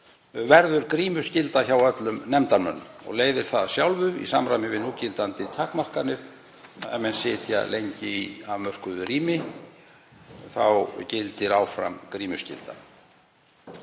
verður grímuskylda hjá öllum nefndarmönnum. Leiðir það af sjálfu í samræmi við núgildandi takmarkanir, ef menn sitja lengi í afmörkuðu rými þá gildir áfram grímuskylda.